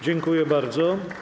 Dziękuję bardzo.